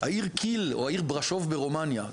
העיר קיל או העיר בראשוב ברומניה,